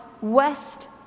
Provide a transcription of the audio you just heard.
west